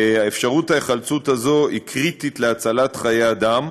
אפשרות ההיחלצות היא קריטית להצלת חיי אדם.